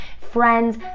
friends